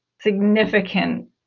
significant